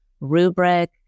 rubric